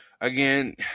Again